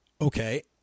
Okay